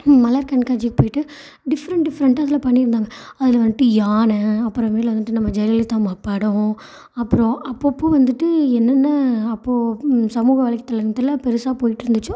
மலர் கண்காட்சிக்கு போய்ட்டு டிஃப்ரெண்ட் டிஃப்ரெண்ட்டாக அதில் பண்ணியிருந்தாங்க அதில் வந்துட்டு யானை அப்புறமேலு வந்துட்டு நம்ம ஜெயலலித்தாம்மா படம் அப்புறம் அப்பப்போ வந்துட்டு என்னென்ன அப்போ சமூக வலைத்தளத்தில் பெருசாக போய்ட்ருந்துச்சோ